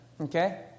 Okay